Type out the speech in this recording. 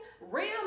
real